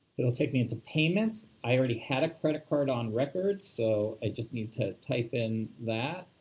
it will take me into payments. i already had a credit card on record, so i just need to type in that.